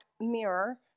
mirror